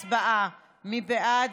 הצבעה, מי בעד?